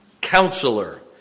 Counselor